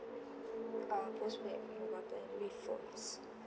uh postpaid mobile plan with phones